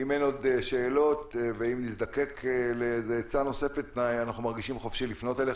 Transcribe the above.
אם נזדקק לעצה נוספת אנחנו מרגישים חופשיים לפנות אליך.